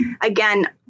again